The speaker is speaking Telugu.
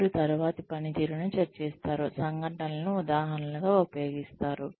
వారు తరువాతి పనితీరును చర్చిస్తారు సంఘటనలను ఉదాహరణలుగా ఉపయోగిస్తారు